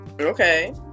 Okay